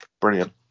Brilliant